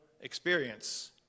experience